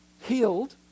healed